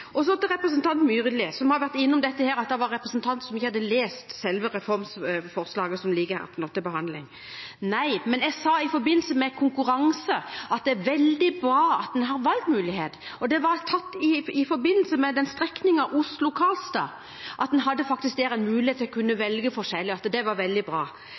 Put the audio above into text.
innrømme. Så til representanten Myrli, som har vært innom at det var en representant som ikke hadde lest selve reformforslaget som nå ligger til behandling. Nei, men jeg sa i forbindelse med konkurranse, at det er veldig bra å ha valgmuligheter. Det var sagt i forbindelse med strekningen Oslo–Karlstad, at en faktisk hadde en mulighet der til å kunne velge forskjellig, og at det var veldig bra.